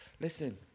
Listen